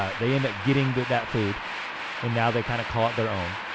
ah they end up getting that that food and now they kinda call it their own.